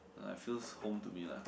uh it feels home to me lah